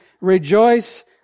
rejoice